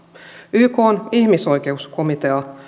ykn ihmisoikeuskomitea